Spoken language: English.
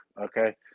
Okay